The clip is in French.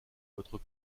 votre